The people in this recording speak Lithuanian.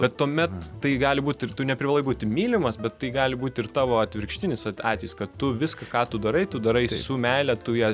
bet tuomet tai gali būt ir tu neprivalai būti mylimas bet tai gali būt ir tavo atvirkštinis at atvejis kad tu viską ką tu darai tu darai su meile tu ją